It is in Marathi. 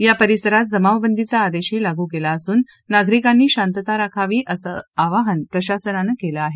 या परिसरात जमावबंदीचा आदेशही लागू केला असून नागरिकांनी शांतता राखावीं असं आवाहन प्रशासनानं केलं आहे